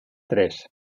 tres